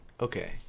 Okay